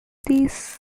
this